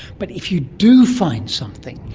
but if you do find something,